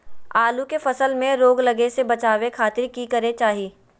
आलू के फसल में रोग लगे से बचावे खातिर की करे के चाही?